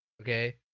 Okay